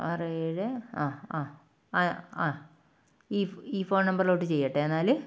ആറ് ഏഴ് ആ ആ ആ ആ ഈ ഈ ഫോൺ നമ്പറിലോട്ട് ചെയ്യട്ടെ എന്നാൽ